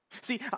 See